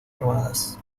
armadas